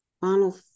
final